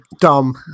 dumb